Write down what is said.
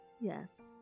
yes